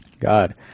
God